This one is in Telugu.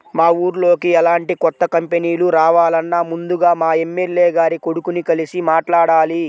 మా ఊర్లోకి ఎలాంటి కొత్త కంపెనీలు రావాలన్నా ముందుగా మా ఎమ్మెల్యే గారి కొడుకుని కలిసి మాట్లాడాలి